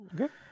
Okay